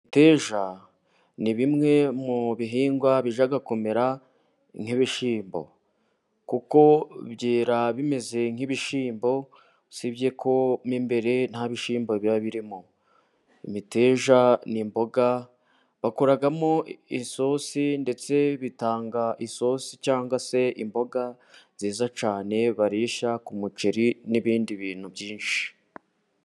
Imiteja ni bimwe mu bihingwa bijya kumera nk'ibishyimbo, kuko byera bimeze nk'ibishyimbo usibye ko mo imbere nta bishyimbo biba birimo. Imiteja ni imboga bakoramo isosi, ndetse bitanga isosi cyangwa se imboga nziza cyane barisha ku muceri n'ibindi bintu byinshi.